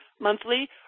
monthly